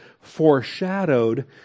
foreshadowed